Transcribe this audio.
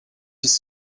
ist